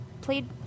played